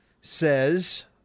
says